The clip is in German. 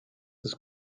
das